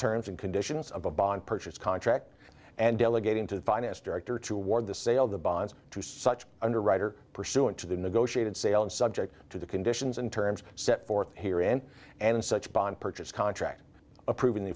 terms and conditions of a bond purchase contract and delegating to the finance director to award the sale of the bonds to such underwriter pursuant to the negotiated sale and subject to the conditions and terms set forth here and and such bond purchase contract approving the